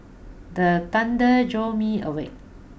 the thunder jolt me awake